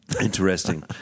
Interesting